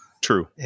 True